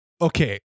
okay